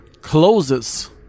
closes